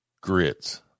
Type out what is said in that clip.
grits